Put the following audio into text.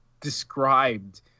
described